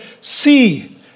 See